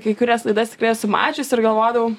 kai kurias laidas tikrai esu mačius ir galvodavau